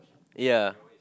ya